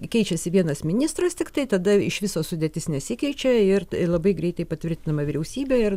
keičiasi vienas ministras tiktai tada iš viso sudėtis nesikeičia ir ir labai greitai patvirtinima vyriausybė ir